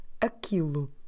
aquilo